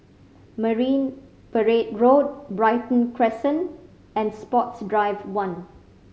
Marine Parade Road Brighton Crescent and Sports Drive One